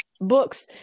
books